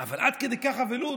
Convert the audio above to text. אבל עד כדי כך אבלות?